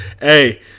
Hey